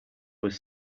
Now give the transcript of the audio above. was